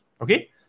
okay